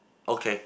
okay